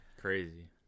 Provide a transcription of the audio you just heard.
Crazy